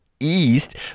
East